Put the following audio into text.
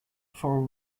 for